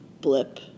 blip